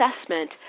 assessment